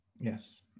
yes